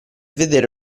vedere